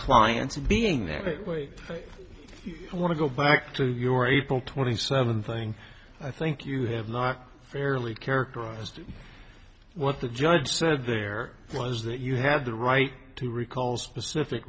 client's being there i want to go back to your april twenty seventh thing i think you have not fairly characterized what the judge said there was that you have the right to recall specific